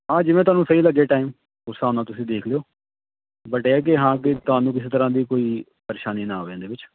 ਹਾਂ ਜਿਵੇਂ ਤੁਹਾਨੂੰ ਸਹੀ ਲੱਗੇ ਟਾਈਮ ਉਸ ਹਿਸਾਬ ਨਾਲ ਤੁਸੀਂ ਦੇਖ ਲਿਓ ਬਟ ਇਹ ਹੈ ਕਿ ਹਾਂ ਕਿ ਤੁਹਾਨੂੰ ਕਿਸੇ ਤਰ੍ਹਾਂ ਦੀ ਕੋਈ ਪਰੇਸ਼ਾਨੀ ਨਾ ਹੋਵੇ ਇਹਦੇ ਵਿੱਚ